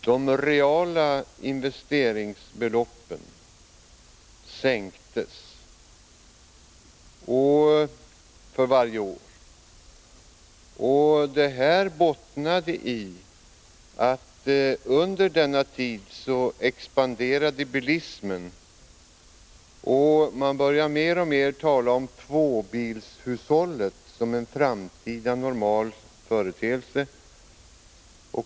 De reala investeringsbeloppen sänktes för varje år. Det bottnade i att bilismen under denna tid expanderade. Man började mer och mer att tala om tvåbilshushållet som en framtida normal företeelse.